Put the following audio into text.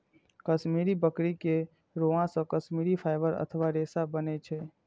कश्मीरी बकरी के रोआं से कश्मीरी फाइबर अथवा रेशा बनै छै